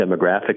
demographic